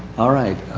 alright.